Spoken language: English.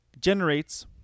generates